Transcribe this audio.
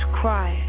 cry